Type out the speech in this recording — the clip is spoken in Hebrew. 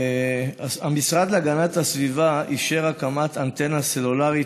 המשרד להגנת הסביבה אישר הקמת אנטנה סלולרית